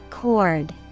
Cord